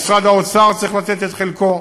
משרד האוצר צריך לתת את חלקו,